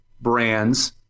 brands